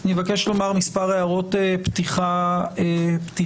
אני מבקש לומר מספר הערות פתיחה קצרות.